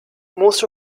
most